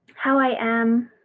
how i am.